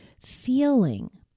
feeling